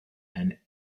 and